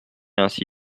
ainsi